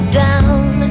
down